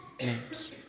names